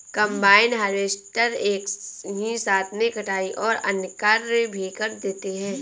combine harvester एक ही साथ में कटाई और अन्य कार्य भी कर देती है